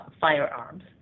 firearms